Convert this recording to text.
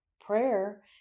Prayer